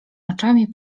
oczami